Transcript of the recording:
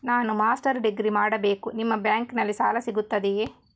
ನಾನು master degree ಮಾಡಬೇಕು, ನಿಮ್ಮ ಬ್ಯಾಂಕಲ್ಲಿ ಸಾಲ ಸಿಗುತ್ತದೆಯೇ?